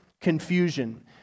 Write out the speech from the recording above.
confusion